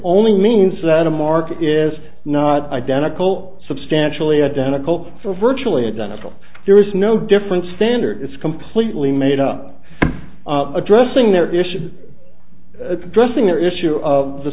only means that the market is not identical substantially identical for virtually identical there is no difference standard is completely made up addressing their issue addressing their issue of the